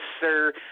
sir